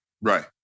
Right